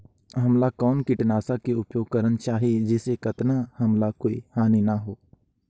हमला कौन किटनाशक के उपयोग करन चाही जिसे कतना हमला कोई हानि न हो?